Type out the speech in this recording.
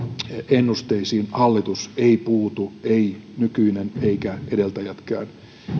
ennusteisiin hallitus ei puutu ei nykyinen eikä edeltäjätkään tuo